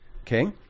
Okay